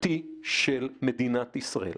החוקתי של מדינת ישראל.